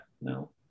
no